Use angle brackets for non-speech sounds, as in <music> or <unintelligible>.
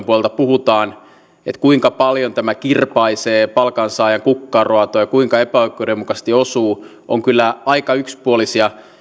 <unintelligible> puolelta puhutaan kuinka paljon tämä kirpaisee palkansaajan kukkaroa tai kuinka epäoikeudenmukaisesti osuu ovat kyllä aika yksipuolisia